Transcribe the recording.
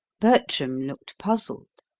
bertram looked puzzled.